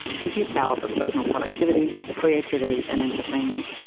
computer power for personal productivity, creativity and entertainment,